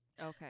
Okay